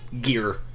gear